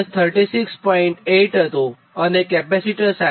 8 હતું અને કેપેસિટરની સાથે 38